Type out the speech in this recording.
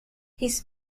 his